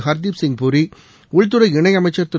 ஹர்தீப்சிங் பூரி உள்துறை இணையமைச்சர் திரு